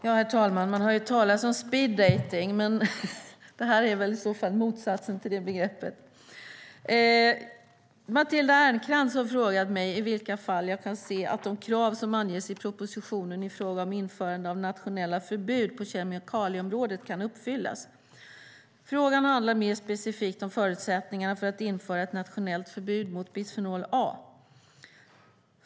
Herr talman! Matilda Ernkrans har frågat mig i vilka fall jag kan se att de krav som anges i propositionen i fråga om införandet av nationella förbud på kemikalieområdet kan uppfyllas. Frågan handlar mer specifikt om förutsättningarna för att införa ett nationellt förbud mot bisfenol A.